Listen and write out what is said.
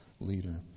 leader